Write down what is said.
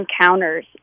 encounters